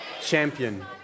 Champion